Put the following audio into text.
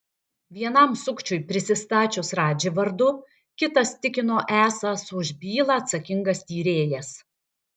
vienam sukčiui prisistačius radži vardu kitas tikino esąs už bylą atsakingas tyrėjas